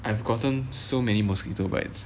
I have gotten so many mosquito bites